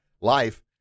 Life